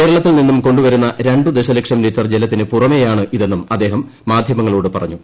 കേരളത്തിൽ നിന്നും കൊണ്ടുവരുന്ന രണ്ടുദശലക്ഷം ലിറ്റർ ജലത്തിനു പുറമെയാണ് ഇതെന്നും അദ്ദേഹം മാധ്യമങ്ങളോട് പറഞ്ഞു